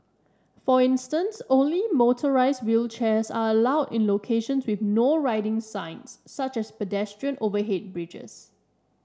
for instance only motorised wheelchairs are allowed in locations with No Riding signs such as pedestrian overhead bridges